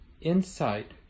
insight